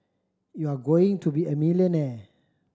you're going to be a millionaire